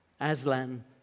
Aslan